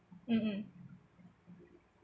mm mm